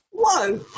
Whoa